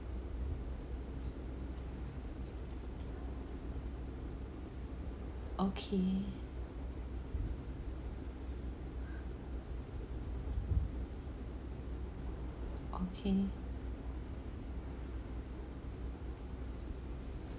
okay okay